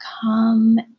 come